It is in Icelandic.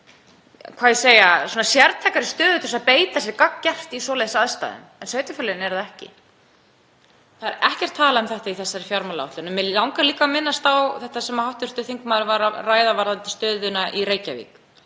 hvað á ég að segja, sértækari stöðu til þess að beita sér gagngert í svoleiðis aðstæðum en sveitarfélögin eru það ekki. Það er ekkert talað um þetta í þessari fjármálaáætlun. En mig langar líka að minnast á það sem hv. þingmaður var að ræða varðandi stöðuna í Reykjavík.